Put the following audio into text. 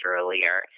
earlier